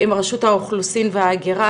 עם רשות האוכלוסין וההגירה,